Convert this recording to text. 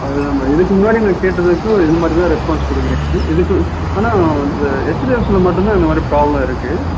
அது நம்ம இதுக்கு முன்னாடி நான் கேட்டதுக்கும் இதுமாதிரிதான் ரெஸ்பான்ஸ் கொடுக்குறீங்க இதுக்கு ஆனால் இந்த எச்டிஎஃப்சியில் மட்டும் தான் இந்தமாதிரி ப்ராப்ளம் இருக்குது